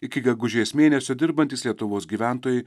iki gegužės mėnesio dirbantys lietuvos gyventojai